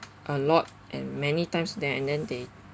a lot and many times then and then they